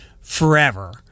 forever